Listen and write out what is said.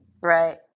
Right